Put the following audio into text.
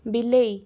ବିଲେଇ